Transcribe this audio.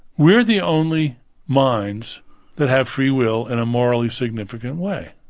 we're the only minds that have free will in a morally significant way.